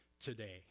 today